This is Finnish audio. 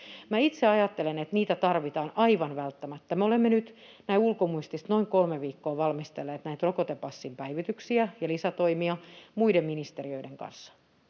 itse ajattelen, että niitä tarvitaan aivan välttämättä. Me olemme nyt, näin ulkomuistista, noin kolme viikkoa valmistelleet näitä rokotepassin päivityksiä ja lisätoimia muiden ministeriöiden kanssa.